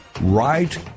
Right